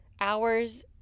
hours